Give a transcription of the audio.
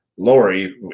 Lori